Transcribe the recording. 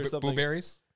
Blueberries